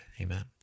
Amen